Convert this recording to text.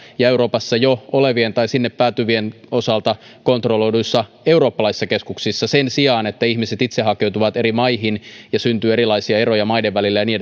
ja euroopassa jo olevien tai sinne päätyvien osalta kontrolloiduissa eurooppalaisissa keskuksissa sen sijaan että ihmiset itse hakeutuvat eri maihin ja syntyy erilaisia eroja maiden välillä ja niin